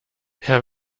herr